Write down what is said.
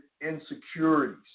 insecurities